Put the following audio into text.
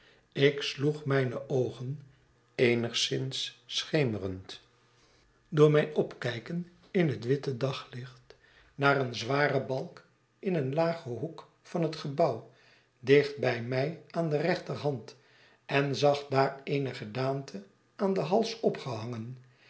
ik sloeg mijne oogen eenigszins schemerend door mijn opkijken in het witte daglicht naar een zwaren balk in een lagen hoek van het gebouw dicht bij mij aan de rechterhand en zag daar eene gedaante aan den hals opgehangen